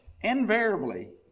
invariably